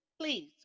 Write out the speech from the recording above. please